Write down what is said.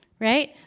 right